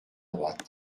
droite